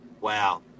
Wow